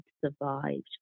survived